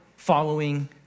following